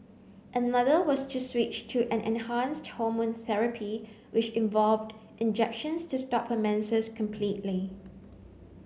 another was to switch to an enhanced hormone therapy which involved injections to stop her menses completely